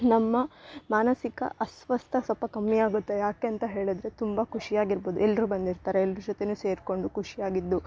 ನಮ್ಮ ಮಾನಸಿಕ ಅಸ್ವಸ್ಥ ಸ್ವಲ್ಪ ಕಮ್ಮಿ ಆಗುತ್ತೆ ಯಾಕೆ ಅಂತ ಹೇಳಿದ್ರೆ ತುಂಬ ಖುಷಿಯಾಗಿರ್ಬೋದು ಎಲ್ಲರು ಬಂದಿರ್ತಾರೆ ಎಲ್ಲರ ಜೊತೆ ಸೇರ್ಕೊಂಡು ಖುಷಿಯಾಗಿದ್ದು